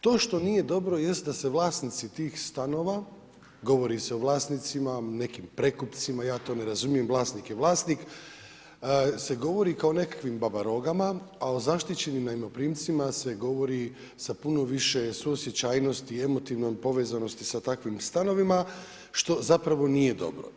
To što nije dobro jest da se vlasnici tih stanova, govori o vlasnicima, nekim prekupcima ja to ne razumijem vlasnik je vlasnik se govori kao o nekakvim babarogama, a o zaštićenim najmoprimcima se govori sa puno više suosjećajnosti i emotivnoj povezanosti sa takvim stanovima, što nije dobro.